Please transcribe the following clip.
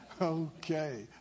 okay